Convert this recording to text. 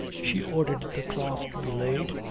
she ordered the cloth to be laid,